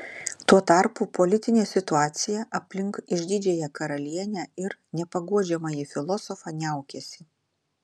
tuo tarpu politinė situacija aplink išdidžiąją karalienę ir nepaguodžiamąjį filosofą niaukėsi